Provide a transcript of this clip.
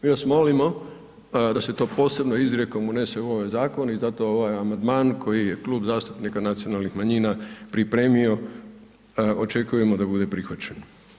Mi vas molimo da se to posebno izrijekom unese u ovaj zakon i zato ovaj amandman koji je Klub zastupnika nacionalnih manjina pripremio, očekujemo da bude prihvaćen.